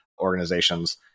organizations